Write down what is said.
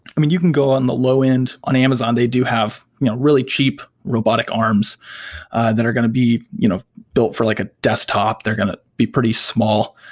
i mean you can go on the low-end on amazon. they do have you know really cheap robotic arms that are going to be you know built for like a desktop. they're going to be pretty small.